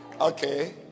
Okay